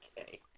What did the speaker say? Okay